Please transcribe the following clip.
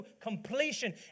completion